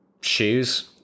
shoes